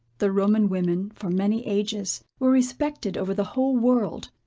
the roman women, for many ages, were respected over the whole world.